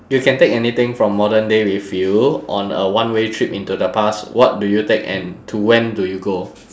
you can take anything from modern day with you on a one way trip into the past what do you take and to when do you go